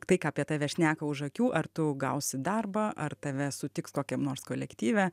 tai ką apie tave šneka už akių ar tu gausi darbą ar tave sutiks kokiam nors kolektyve